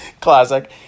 Classic